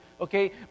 Okay